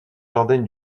jardin